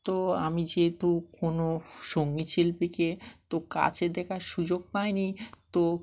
তো আমি যেহেতু কোনো সঙ্গীত শিল্পীকে তো কাছে দেখার সুযোগ পাইনি তো